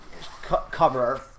cover